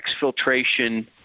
exfiltration